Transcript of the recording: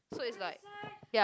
so is like ya